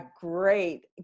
great